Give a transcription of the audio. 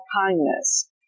kindness